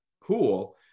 cool